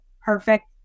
perfect